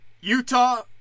Utah